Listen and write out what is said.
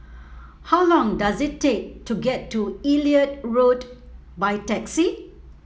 how long does it take to get to Elliot Road by taxi